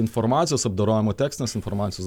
informacijos apdorojimo tekstinės informacijos